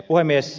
puhemies